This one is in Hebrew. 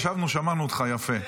ישבנו, שמענו אותך יפה.